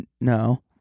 No